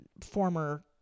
former